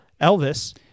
Elvis